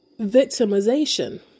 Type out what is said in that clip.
victimization